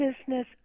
business